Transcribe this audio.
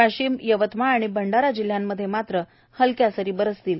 वाशिम यवतमाळ आणि भंडारा जिल्ह्यांमध्ये मात्र हलक्या सरी बरसतील